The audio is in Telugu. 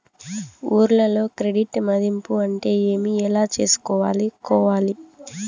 ఊర్లలో క్రెడిట్ మధింపు అంటే ఏమి? ఎలా చేసుకోవాలి కోవాలి?